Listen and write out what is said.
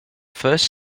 first